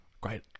great